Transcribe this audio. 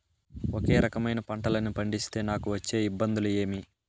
ఒకే రకమైన పంటలని పండిస్తే నాకు వచ్చే ఇబ్బందులు ఏమి?